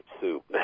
soup